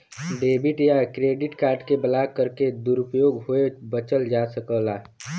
debit या credit card के block करके दुरूपयोग होये बचल जा सकला